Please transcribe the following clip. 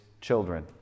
children